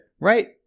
Right